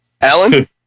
Alan